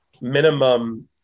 minimum